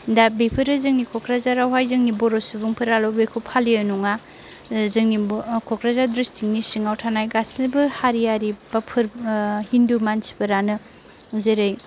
दा बेफोरो जोंनि क'क्राझारावहाय जोंनि बर' सुबुंफोराल' बेखौ फालियो नङा जोंनि क'क्राझार दिस्ट्रिक्ट नि सिङाव थानाय गासैबो हारियारि एबा हिन्दु मानसिफोरानो जेरै